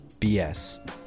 BS